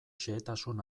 xehetasun